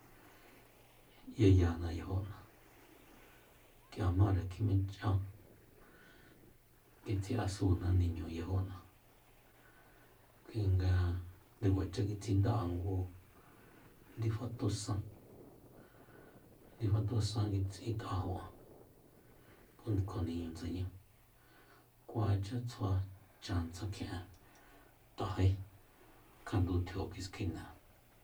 Y'eyana yajo'na k'ia mare kjimench'an kitsi'asuna niñu yajo'na kuinga nde kuacha kitsinda'an ngu ndifa tusan ndifa tusan kitsit'ajo'an ku kjo niñu ndsañá kuacha tsjua chan tsakjien'an t'ajé kandu tjio kiskina'an